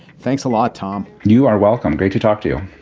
thanks a lot, tom you are welcome great to talk to you